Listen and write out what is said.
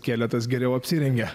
keletas geriau apsirengę